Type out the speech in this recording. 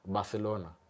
Barcelona